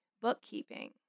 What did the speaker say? bookkeeping